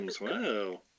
wow